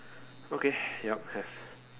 okay ya have